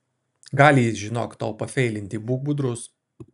gali jis žinok tau pafeilinti būk budrus